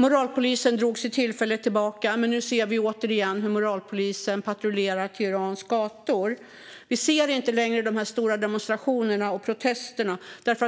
Moralpolisen drog sig tillfälligt tillbaka, men nu ser vi återigen hur de patrullerar Teherans gator. Vi ser inte längre de stora demonstrationerna och protesterna, för det har